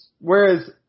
whereas